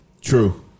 True